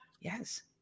Yes